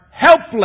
helpless